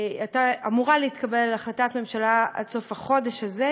אמורה להתקבל החלטת ממשלה בעניין עד סוף החודש הזה,